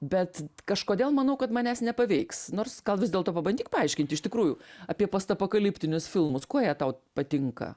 bet kažkodėl manau kad manęs nepaveiks nors gal vis dėlto pabandyk paaiškinti iš tikrųjų apie postapokaliptinius filmus kuo jie tau patinka